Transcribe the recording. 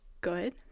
good